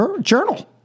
Journal